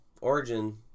origin